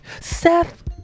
Seth